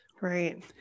right